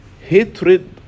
hatred